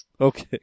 Okay